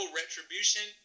retribution